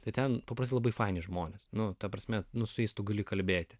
tai ten paprasti labai faini žmonės nu ta prasme nu tu su jais gali kalbėti